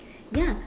ya